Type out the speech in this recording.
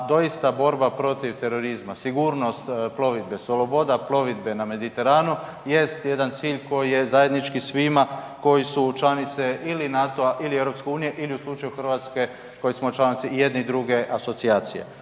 a doista borba protiv terorizma, sigurnost plovidbe, sloboda plovidbe na Mediteranu jest jedan cilj koji je zajednički svima koji su članice ili NATO-a ili EU ili u slučaju Hrvatske koji smo članice i jedne i druge asocijacije.